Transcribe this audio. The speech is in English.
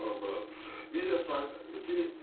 ah but ah we decide you see,